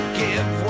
give